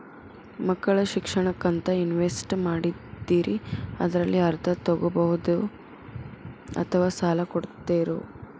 ಮಕ್ಕಳ ಶಿಕ್ಷಣಕ್ಕಂತ ಇನ್ವೆಸ್ಟ್ ಮಾಡಿದ್ದಿರಿ ಅದರಲ್ಲಿ ಅರ್ಧ ತೊಗೋಬಹುದೊ ಅಥವಾ ಸಾಲ ಕೊಡ್ತೇರೊ?